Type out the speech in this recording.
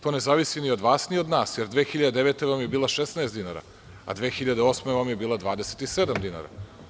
To ne zavisi ni od vas ni od nas, jer 2009. godine vam je bila 16 dinara, a 2008. vam je bila 27 dinara.